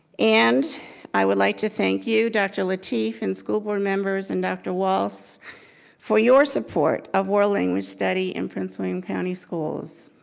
and i would like to thank you dr. lateef and school board members and dr. walts for your support of world language study in prince william schools.